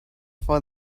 for